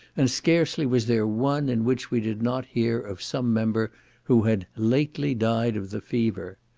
and scarcely was there one in which we did not hear of some member who had lately died of the fever.